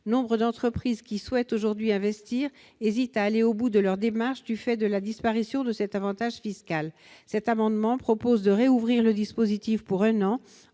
Nombre d'entreprises qui souhaitent aujourd'hui investir hésitent à aller au bout de leur démarche du fait de la disparition de cet avantage fiscal. Cet amendement prévoit de rouvrir le dispositif pour un an